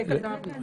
זה כבר יש.